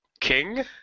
King